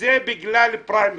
שזה בגלל פריימריז.